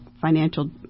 financial